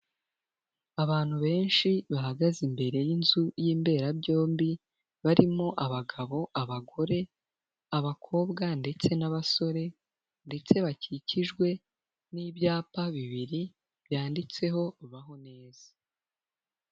Abantu benshi bahagaze imbere y'inzu y'imberabyombi, barimo abagabo, abagore, abakobwa ndetse n'abasore ndetse bakikijwe n'ibyapa bibiri, byanditseho baho neza.